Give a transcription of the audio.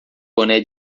boné